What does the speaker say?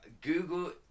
Google